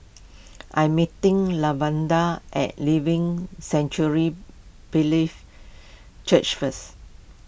I am meeting Lavada at Living Sanctuary Brethren Church first